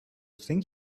think